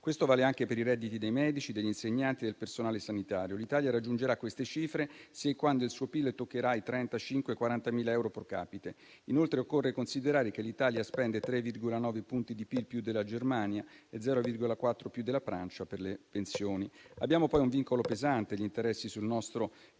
Ciò vale anche per i redditi dei medici, degli insegnanti e del personale sanitario. L'Italia raggiungerà queste cifre, se e quando il suo PIL toccherà i 35.000-40.000 euro *pro capite*. Inoltre, occorre considerare che l'Italia spende 3,9 punti di PIL più della Germania e 0,4 più della Francia per le pensioni. Abbiamo poi un vincolo pesante, vale a dire gli interessi sul nostro